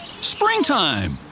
springtime